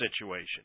situation